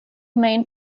main